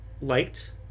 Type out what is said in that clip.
liked